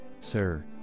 Sir